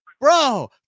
bro